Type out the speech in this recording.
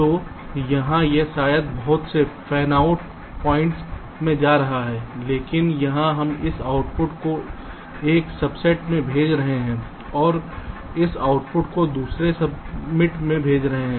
तो यहाँ यह शायद बहुत से फैनआउट पॉइंट्स में जा रहा है लेकिन यहाँ हम इस आउटपुट को एक सबसेट में भेज रहे हैं और इस आउटपुट को दूसरे सब्मिट में भेज रहे हैं